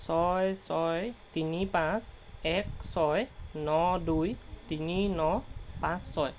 ছয় ছয় তিনি পাঁচ এক ছয় ন দুই তিনি ন পাঁচ ছয়